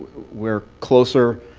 we're closer